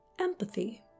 empathy